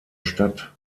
stadt